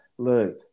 Look